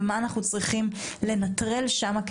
ומה אנחנו צריכים לנטרל שם,